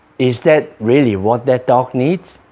is that really what that dog needs?